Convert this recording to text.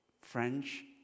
french